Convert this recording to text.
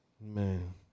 Man